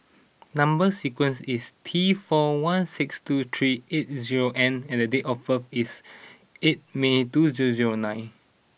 number sequence is T four one six two three eight zero N and date of birth is eight May two zero zero nine